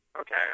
Okay